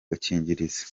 gakingirizo